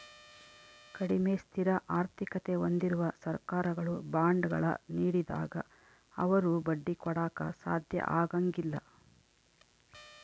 ಕಡಿಮೆ ಸ್ಥಿರ ಆರ್ಥಿಕತೆ ಹೊಂದಿರುವ ಸರ್ಕಾರಗಳು ಬಾಂಡ್ಗಳ ನೀಡಿದಾಗ ಅವರು ಬಡ್ಡಿ ಕೊಡಾಕ ಸಾಧ್ಯ ಆಗಂಗಿಲ್ಲ